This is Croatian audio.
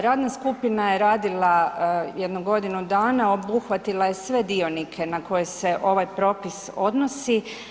Radna skupina je radila jedno godinu dana, obuhvatila je sve dionike na koje se ovaj propis odnosi.